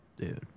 dude